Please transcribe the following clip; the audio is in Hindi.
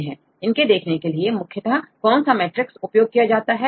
इन्हें देखने के लिए मुख्यतः कौन सा मैट्रिक्स उपयोग होता है